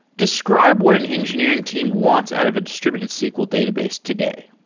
describe what an engineering team wants out of a distributed sql database today